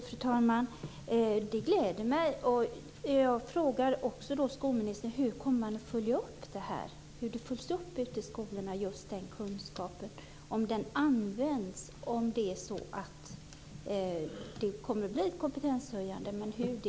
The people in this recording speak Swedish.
Fru talman! Det gläder mig. Jag frågar också skolministern: Hur kommer man att följa upp det här? Hur följs just den här kunskapen upp i skolorna? Hur används den om det blir ett kompetenshöjande?